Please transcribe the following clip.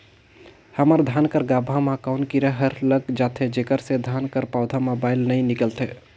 हमर धान कर गाभा म कौन कीरा हर लग जाथे जेकर से धान कर पौधा म बाएल नइ निकलथे?